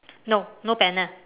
no no panel